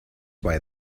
why